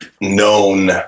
known